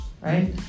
Right